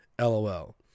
LOL